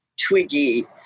Twiggy